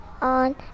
on